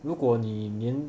如果你连